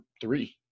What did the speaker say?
three